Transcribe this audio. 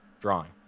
drawing